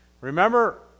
Remember